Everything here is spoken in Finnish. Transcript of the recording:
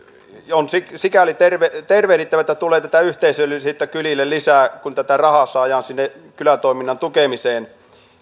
on sikäli tervehdittävä että tulee tätä yhteisöllisyyttä kylille lisää kun tätä rahaa saadaan sinne kylätoiminnan tukemiseen